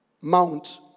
Mount